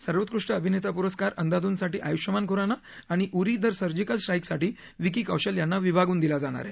सर्वोत्कृष्ट अभिनेता पुरस्कार अंधाधुनसाठी आयुष्मान खुराना आणि उरी द सर्जिकल स्ट्रा किसाठी विकी कौशल यांना विभागून दिला जाणार आहे